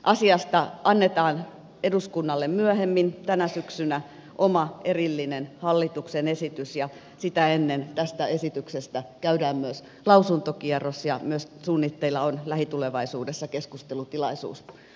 asiasta annetaan eduskunnalle myöhemmin tänä syksynä oma erillinen hallituksen esitys ja sitä ennen tästä esityksestä käydään myös lausuntokierros ja suunnitteilla on lähitulevaisuudessa myös keskustelutilaisuus asian tiimoilta